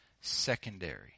secondary